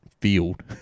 field